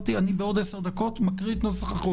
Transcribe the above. בעוד עשר דקות אני מקריא את נוסח החוק.